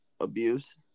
abuse